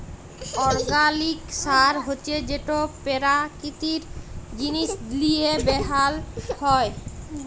organic সার হছে যেট পেরাকিতিক জিনিস লিঁয়ে বেলাল হ্যয়